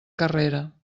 carrera